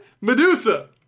Medusa